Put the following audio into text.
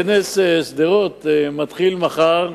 כנס שדרות מתחיל מחר,